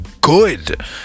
good